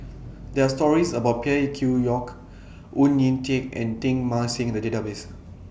There Are stories about Phey Yew Kok Oon Jin Teik and Teng Mah Seng in The Database